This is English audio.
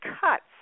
cuts